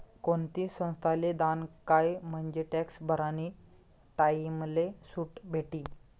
कोणती संस्थाले दान कयं म्हंजे टॅक्स भरानी टाईमले सुट भेटी